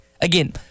Again